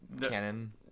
canon